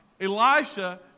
Elisha